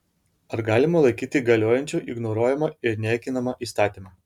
ar galima laikyti galiojančiu ignoruojamą ir niekinamą įstatymą